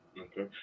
okay